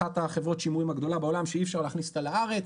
אחת חברות השימורים בעולם שאי אפשר להכניס אותה לארץ,